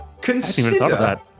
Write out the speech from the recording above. Consider